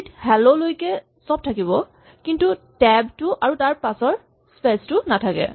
T ত হেল্ল লৈকে চব থাকিব কিন্তু টেব টো আৰু তাৰপাছৰ স্পেচ টো নাথাকে